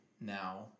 now